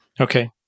Okay